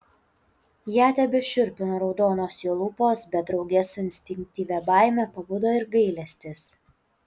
ją tebešiurpino raudonos jo lūpos bet drauge su instinktyvia baime pabudo ir gailestis